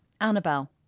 Annabelle